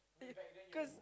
it cause